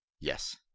yes